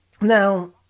Now